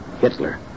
Hitler